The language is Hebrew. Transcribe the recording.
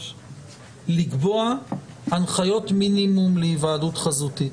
לקבוע הנחיות מינימום להיוועדות חזותית.